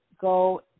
go